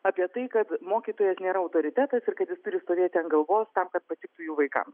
apie tai kad mokytojas nėra autoritetas ir kad jis turi stovėti ant galvos tam kad patiktų jų vaikam